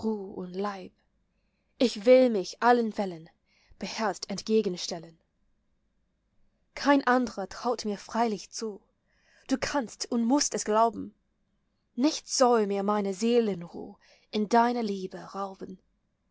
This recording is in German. leib ich will mich allen fällen beherzt entgegenstellen kein andrer traut mir freilich zu du kannst und mußt es glauben nichts soll mir meine seelenruh in deiner liebe rauben